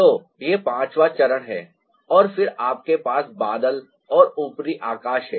तो यह पांचवां चरण है और फिर आपके पास बादल और ऊपरी आकाश है